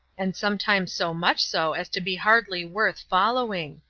and sometimes so much so as to be hardly worth following.